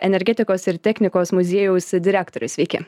energetikos ir teknikos muziejaus direktorius sveiki